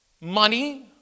money